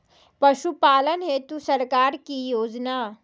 पशुपालन हेतु सरकार की योजना?